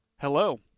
Hello